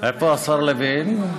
איפה השר לוין?